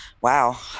wow